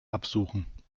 absuchen